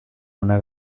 una